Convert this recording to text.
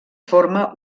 forma